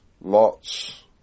Lot's